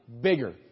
bigger